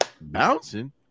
bouncing